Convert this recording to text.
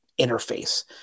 interface